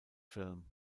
film